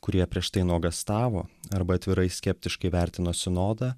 kurie prieš tai nuogąstavo arba atvirai skeptiškai vertino sinodą